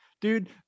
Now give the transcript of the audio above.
Dude